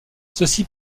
ceci